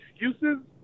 excuses